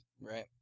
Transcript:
right